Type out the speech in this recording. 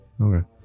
Okay